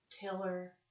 Taylor